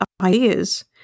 ideas